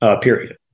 period